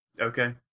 Okay